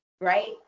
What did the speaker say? right